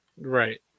Right